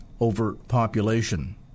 overpopulation